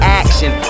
action